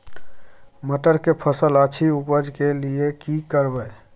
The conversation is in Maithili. मटर के फसल अछि उपज के लिये की करबै?